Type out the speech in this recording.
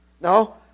No